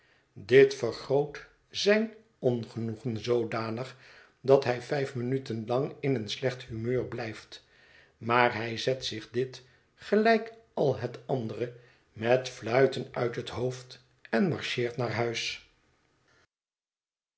dit vergroot zijn ongenoegen zoodanig dat hij vijf minuten lang in een slecht humeur blijft maar hij zet zich dit gelijk al het andere met fluiten uit het hoofd en marcheert naar huis